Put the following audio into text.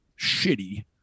shitty